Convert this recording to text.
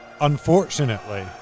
unfortunately